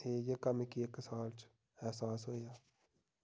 ते जेह्का मिगी इक साल च एह्सास होएआ